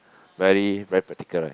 very very practical right